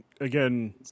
again